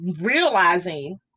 realizing